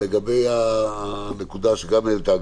לגבי הנקודה שגם העלתה